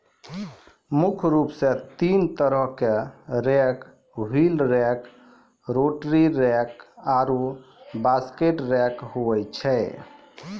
मुख्य रूप सें तीन तरहो क rake wheel rake, rotary rake आरु बास्केट रेक होय छै